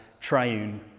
triune